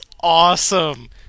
awesome